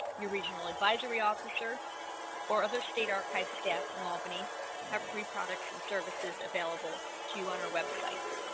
your regional advisory officer or other state archive staff in albany have free products and services available to you on our website